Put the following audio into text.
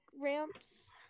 ramps